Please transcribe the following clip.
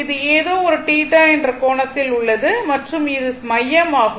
இது ஏதோ ஒரு θ என்ற கோணத்தில் உள்ளது மற்றும் இது மையம் ஆகும்